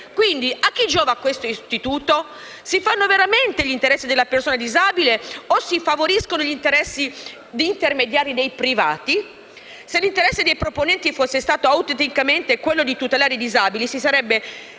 chi giova quindi questo istituto? Si fanno veramente gli interessi della persona disabile o si favoriscono gli intermediari privati? Se l'interesse dei proponenti fosse stato autenticamente quello di tutelare i disabili, si sarebbe